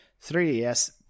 3ds